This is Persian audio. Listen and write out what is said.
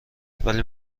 ولی